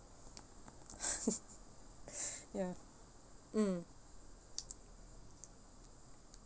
ya mm